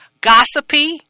gossipy